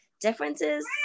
Differences